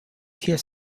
care